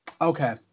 Okay